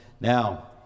Now